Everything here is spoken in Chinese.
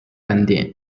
斑点